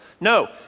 No